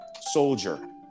soldier